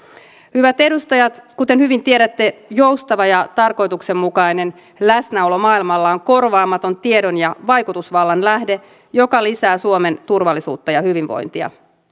hyvät edustajat kuten hyvin tiedätte joustava ja tarkoituksenmukainen läsnäolo maailmalla on korvaamaton tiedon ja vaikutusvallan lähde joka lisää suomen turvallisuutta ja hyvinvointia